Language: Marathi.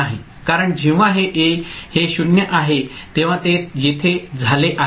नाही कारण जेव्हा हे 0 आहे तेव्हा ते येथे झाले आहे